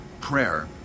Prayer